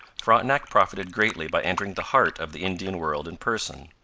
frontenac profited greatly by entering the heart of the indian world in person.